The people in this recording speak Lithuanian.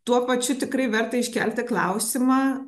tuo pačiu tikrai verta iškelti klausimą